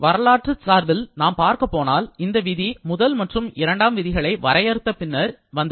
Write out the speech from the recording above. வரலாற்றுத் சார்பில் நாம் பார்க்கப்போனால் இந்த விதி முதல் மற்றும் இரண்டாம் விதிகளை வரையறுத்த பின்னர் இது வந்தது